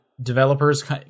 developers